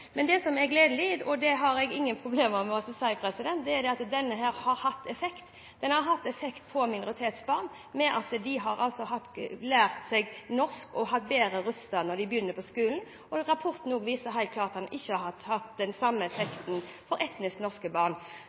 Det som er gledelig – det har jeg ingen problemer med å si – er at dette har hatt effekt. Det har hatt effekt på minoritetsbarn ved at de har lært seg norsk og står bedre rustet når de begynner på skolen. Rapporten viser også helt klart at det ikke har hatt den samme effekten på etnisk norske barn.